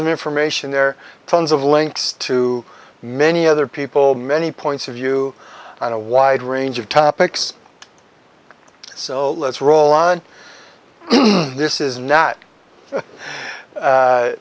of information there are tons of links to many other people many points of view i don't wide range of topics so let's roll on this is not